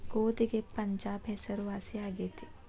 ಗೋಧಿಗೆ ಪಂಜಾಬ್ ಹೆಸರುವಾಸಿ ಆಗೆತಿ